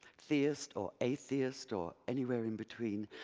theist or atheist or, anywhere in between,